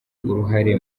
uruhare